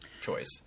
choice